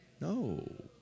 No